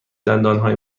دندانهای